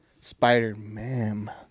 Spider-Man